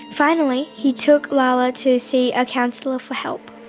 finally he took lala to see a counsellor for help.